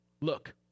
look